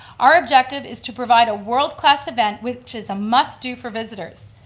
our objective is to provide a world-class event which is a must-do for visitors.